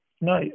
No